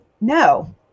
No